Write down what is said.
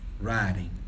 riding